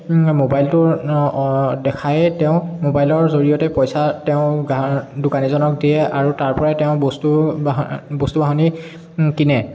মোবাইলটো দেখাইয়ে তেওঁ মোবাইলৰ জৰিয়তে পইচা তেওঁ গা দোকানীজনক দিয়ে আৰু তাৰ পৰাই তেওঁ বস্তু বস্তু বাহনি কিনে